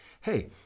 Hey